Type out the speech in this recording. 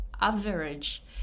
average